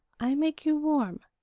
i make you warm,